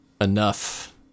enough